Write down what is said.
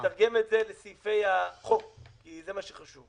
אני רוצה לתרגם את זה לסעיפי החוק כי זה מה שחשוב,